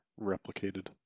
replicated